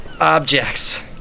objects